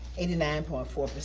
eighty nine point four,